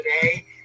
today